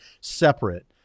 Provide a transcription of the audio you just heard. separate